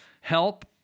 help